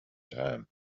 time